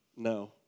No